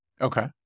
Okay